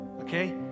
Okay